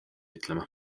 ütlema